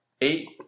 Eight